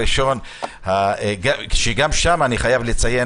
גם שם אני חייב לציין,